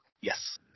Yes